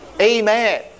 Amen